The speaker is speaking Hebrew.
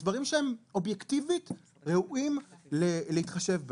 מדברים שאובייקטיבית ראוי להתחשב בהם.